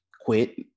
quit